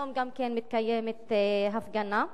היום גם מתקיימת הפגנה,